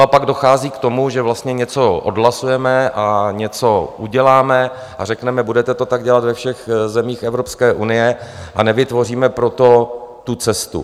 A pak dochází k tomu, že vlastně něco odhlasujeme, něco uděláme a řekneme: Budete to tak dělat ve všech zemích Evropské unie, ale nevytvoříme pro to tu cestu.